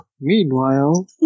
Meanwhile